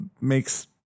makes